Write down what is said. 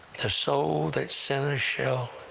the soul that sinneth shall